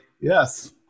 Yes